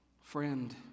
friend